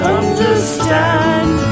understand